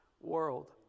world